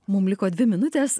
mum liko dvi minutės